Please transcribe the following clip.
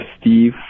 Steve